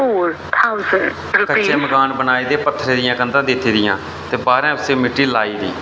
कच्चे मकान बनाए दे पत्थरे दियां कंधां दित्ती दियां ते बाह्रें उसी मित्ती लाए दी